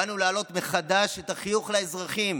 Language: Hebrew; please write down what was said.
באנו להעלות מחדש את החיוך לאזרחים,